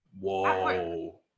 Whoa